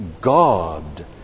God